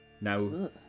Now